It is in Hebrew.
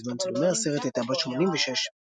שבזמן צילומי הסרט הייתה בת 86,